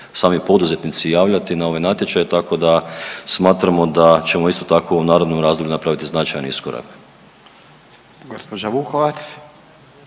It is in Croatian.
sami poduzetnici javljati na ove natječaje, tako da smatramo da ćemo isto tako u narednom razdoblju napraviti značajni iskorak.